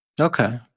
Okay